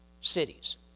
cities